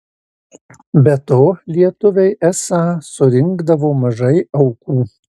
be to lietuviai esą surinkdavo mažai aukų